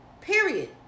Period